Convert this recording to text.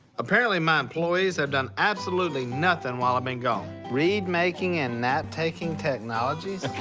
apparently, my employees have done absolutely nothing while i've been gone. reed making and nap taking technologies?